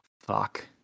fuck